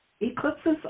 Eclipses